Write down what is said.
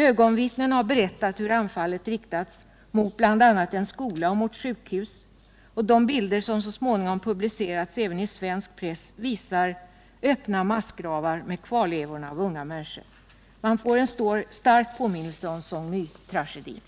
Ögonvittnen har berättat hur anfallet riktades mot bl.a. en skola och mot sjukhus — de bilder som så småningom har publicerats även i svensk press visar öppna massgravar med kvarlevorna av unga människor. Man får en stark påminnelse om Song My-tragedin.